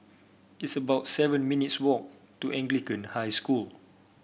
it's about seven minutes' walk to Anglican High School